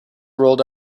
rolled